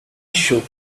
should